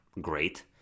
great